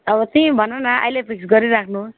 अब तिमी भन्नु न अहिले फिक्स गरिराख्नु